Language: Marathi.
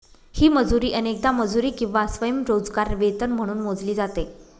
ही मजुरी अनेकदा मजुरी किंवा स्वयंरोजगार वेतन म्हणून मोजली जाते